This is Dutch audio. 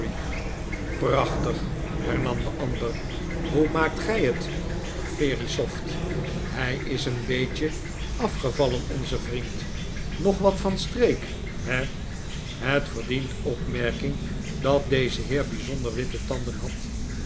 prachtig hernam de ander hoe maakt gij het verisopht hij is een beetje afgevallen onze vriend nog wat van streek he het verdient opmerking dat deze heer bijzonder witte tanden had